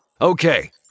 Okay